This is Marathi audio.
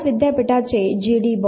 मद्रास विद्यापीठाचे जी